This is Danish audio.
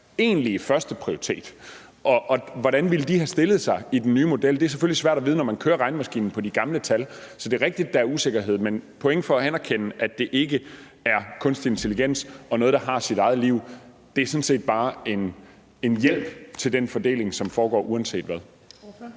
egentlige førsteprioritet, og hvordan ville de have stået i den nye model? Det er selvfølgelig svært at vide, når man kører regnemaskinen på de gamle tal. Så det er rigtigt, at der er usikkerhed, men point for at anerkende, at det ikke er kunstig intelligens og noget, der har sit eget liv; det er sådan set bare en hjælp til den fordeling, som foregår uanset hvad.